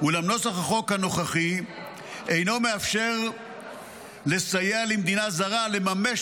אולם נוסח החוק הנוכחי אינו מאפשר לסייע למדינה זרה לממש